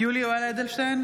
יולי יואל אדלשטיין,